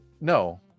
no